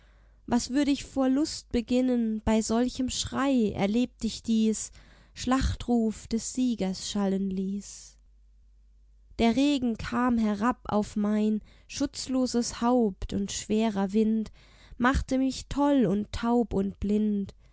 was würde ich vor lust beginnen bei solchem schrei erlebt ich dies schlachtruf des sieges schallen ließ der regen kam herab auf mein schutzloses haupt und schwerer wind machte mich toll und taub und blind